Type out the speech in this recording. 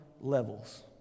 levels